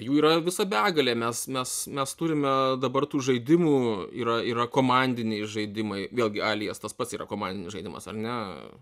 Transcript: jų yra visa begalė mes mes mes turime dabar tų žaidimų yra yra komandiniai žaidimai vėlgi alias tas pats yra komandinis žaidimas ar ne